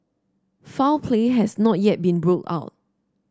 foul play has not yet been ruled out